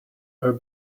are